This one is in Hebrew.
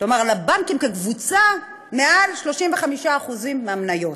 כלומר לבנקים כקבוצה, יותר מ-35% מהמניות,